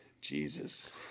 Jesus